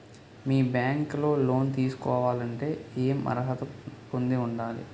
మీ bank లో loan తీసుకోవాలంటే ఎం అర్హత పొంది ఉండాలి?